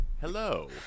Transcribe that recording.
Hello